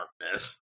darkness